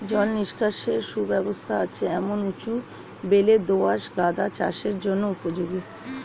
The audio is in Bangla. জল নিকাশের সুব্যবস্থা আছে এমন উঁচু বেলে দোআঁশ আদা চাষের জন্য উপযোগী